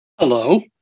Hello